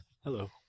Hello